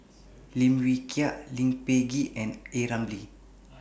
Lim Wee Kiak Lee Peh Gee and A Ramli